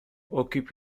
occupe